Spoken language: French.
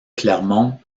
clermont